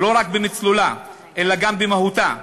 לא רק במצלולה אלא גם במהותה.